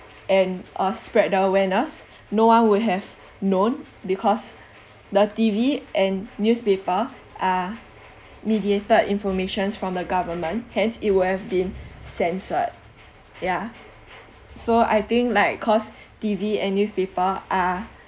and uh spread the awareness no one would have known because the T_V and newspaper are mediated informations from the government hence it would have been censored yeah so I think like cause T_V and newspaper are